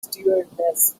stewardess